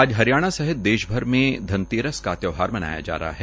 आज हरियाणा सहित देश भी में धनतेरस का त्यौहार मनाय जा रहा है